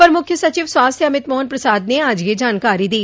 अपर मुख्य सचिव स्वास्थ्य अमित मोहन प्रसाद ने आज यह जानकारी दी